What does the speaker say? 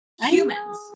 humans